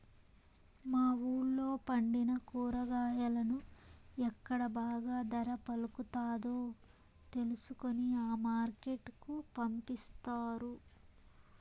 మా వూళ్ళో పండిన కూరగాయలను ఎక్కడ బాగా ధర పలుకుతాదో తెలుసుకొని ఆ మార్కెట్ కు పంపిస్తారు